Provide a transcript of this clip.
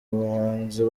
buhanzi